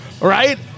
right